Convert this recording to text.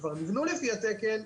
שכבר נבנו לפי התקן,